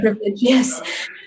yes